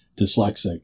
dyslexic